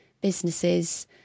businesses